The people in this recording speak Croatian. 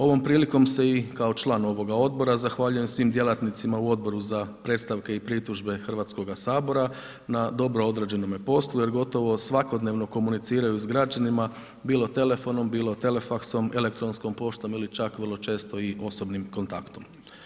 Ovom prilikom se i kao član ovoga odbora, zahvaljujem svim djelatnicima u Odboru za predstavke i pritužbe Hrvatskog sabora na dobro odrađenom poslu jer gotovo svakodnevno komuniciraju sa građanima, bilo telefonom, bilo telefaksom, elektronskom poštom ili čak vrlo često i osobnim kontaktom.